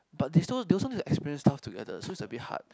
but they so they also need to experience stuff together so it's a bit hard